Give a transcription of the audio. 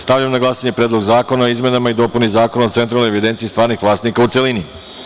Stavljam na glasanje Predlog zakona o izmenama i dopuni Zakona o centralnoj evidenciji stvarnih vlasnika, u celini.